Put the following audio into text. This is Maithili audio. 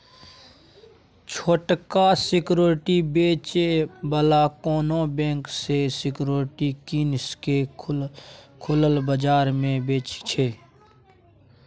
छोटका सिक्युरिटी बेचै बला कोनो कंपनी सँ सिक्युरिटी कीन केँ खुलल बजार मे बेचय छै